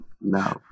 No